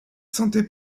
sentait